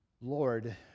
Lord